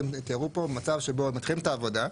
תיארו פה מצב שבו מתחילים את העבודה,